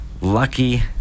lucky